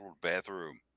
bathroom